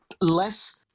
less